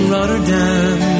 Rotterdam